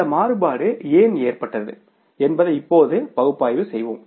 இந்த மாறுபாடு ஏன் ஏற்பட்டது என்பதை இப்போது பகுப்பாய்வு செய்வோம்